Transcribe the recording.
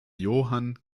johann